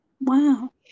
Wow